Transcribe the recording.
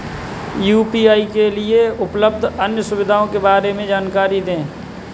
UPI के लिए उपलब्ध अन्य सुविधाओं के बारे में जानकारी दें?